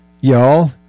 Y'all